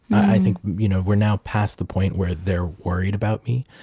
i think you know we're now past the point where they're worried about me.